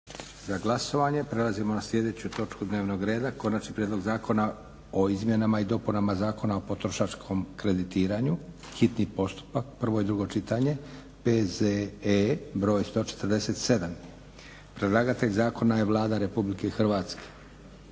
Josip (SDP)** Prelazimo na sljedeću točku dnevnog reda: - Konačni prijedlog Zakona o izmjenama i dopunama Zakona o potrošačkom kreditiranju, hitni postupak, prvo i drugo čitanje PZE br. 147 Predlagatelj zakona je Vlada Republike Hrvatske.